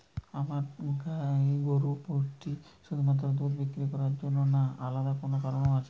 আমরা গাই গরু পুষি শুধুমাত্র দুধ বিক্রি করার জন্য না আলাদা কোনো কারণ আছে?